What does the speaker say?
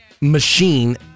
machine